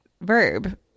verb